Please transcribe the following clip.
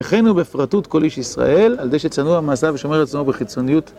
וכן הוא בפרטות כל איש ישראל, על די שצנוע מעשה ושומר את עצמו בחיצוניות.